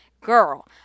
Girl